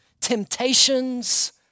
temptations